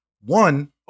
One